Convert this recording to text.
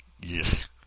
Yes